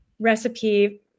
recipe